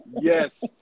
Yes